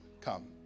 come